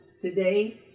today